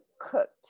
cooked